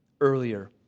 earlier